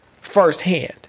firsthand